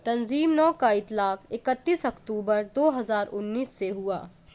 تنظیم نو کا اطلاق اکتیس اکتوبر دو ہزار انیس سے ہوا